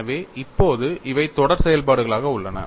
எனவே இப்போது இவை தொடர் செயல்பாடுகளாக உள்ளன